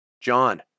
John